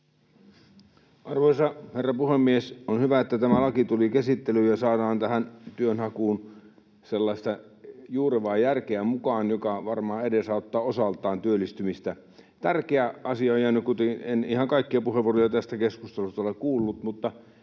Arvoisa herra puhemies! On hyvä, että tämä laki tuli käsittelyyn ja saadaan työnhakuun sellaista juurevaa järkeä mukaan, joka varmaan edesauttaa osaltaan työllistymistä. En ihan kaikkia puheenvuoroja tästä keskustelusta ole kuullut, mutta